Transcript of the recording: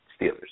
Steelers